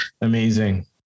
amazing